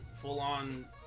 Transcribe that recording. full-on